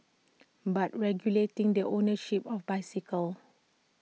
but regulating the ownership of bicycles